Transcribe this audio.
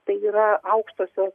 tai yra aukštosios